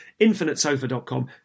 InfiniteSofa.com